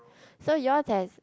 so yours has